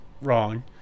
Wrong